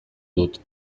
dut